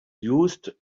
used